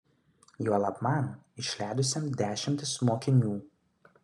juolab man išleidusiam dešimtis mokinių